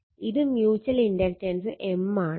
ഇത് mutual inductance M ആണ്